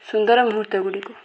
ସୁନ୍ଦର ମୁହୂର୍ତ୍ତଗୁଡ଼ିକୁ